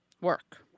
Work